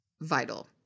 vital